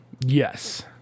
Yes